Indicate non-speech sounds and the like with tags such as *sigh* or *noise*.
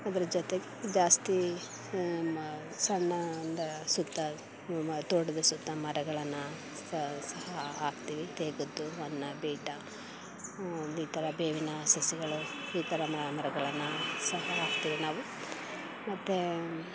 ಇದರ ಜೊತೆಗೆ ಜಾಸ್ತಿ *unintelligible* ಸಣ್ಣ ಒಂದು ಸುತ್ತ ನಮ್ಮ ತೋಟದ ಸುತ್ತ ಮರಗಳನ್ನು ಸಹ ಹಾಕ್ತೀವಿ ತೇಗದ್ದು ಹೊನ್ನ ಬೀಟೆ ಈ ಥರ ಬೇವಿನ ಸಸಿಗಳು ಈ ಥರ ಮರಗಳನ್ನು ಸಹ ಹಾಕ್ತೀವಿ ನಾವು ಮತ್ತು